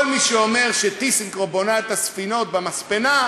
כל מי שאומר ש"טיסנקרופ" בונה את הספינות במספנה,